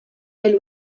elle